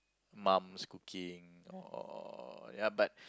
mum's cooking or ya but